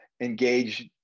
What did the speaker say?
engage